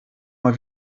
mal